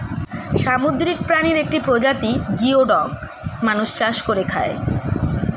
সামুদ্রিক প্রাণীর একটি প্রজাতি গিওডক মানুষ চাষ করে খায়